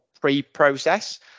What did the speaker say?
pre-process